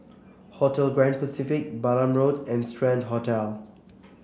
Hotel Grand Pacific Balam Road and Strand Hotel